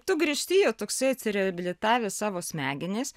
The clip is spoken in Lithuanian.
tu grįžti jau toksai atsireabilitavęs savo smegenis